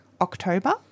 October